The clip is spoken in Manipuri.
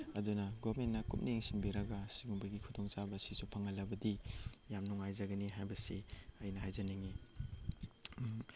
ꯑꯗꯨꯅ ꯒꯚꯔꯟꯃꯦꯟꯅ ꯀꯨꯞꯅ ꯌꯦꯡꯁꯤꯟꯕꯤꯔꯒ ꯁꯤꯒꯨꯝꯕꯒꯤ ꯈꯨꯗꯣꯡꯆꯥꯕ ꯑꯁꯤꯁꯨ ꯐꯪꯍꯜꯂꯕꯗꯤ ꯌꯥꯝ ꯅꯨꯡꯉꯥꯏꯖꯒꯅꯤ ꯍꯥꯏꯕꯁꯤ ꯑꯩꯅ ꯍꯥꯏꯖꯅꯤꯡꯉꯤ